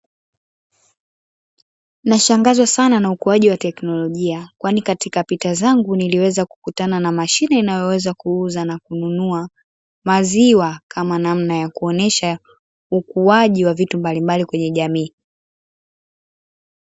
Nashangazwa sana na teknolojia. Kwani katika pita pita zangu, niliweza kukutana na mashine inayoweza kuuza na kununua maziwa kama namna ya kuonesha ukuaji wa vitu mbali mbali kwenye jamii.